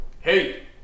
hey